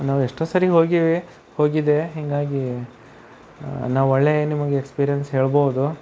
ನಾವು ಎಷ್ಟೋ ಸರಿ ಹೋಗಿ ಹೋಗಿದ್ದೆ ಹಿಂಗಾಗಿ ನಾ ಒಳ್ಳೆ ನಿಮಗೆ ಎಕ್ಸ್ಪೀರಿಯನ್ಸ್ ಹೇಳ್ಬಹುದು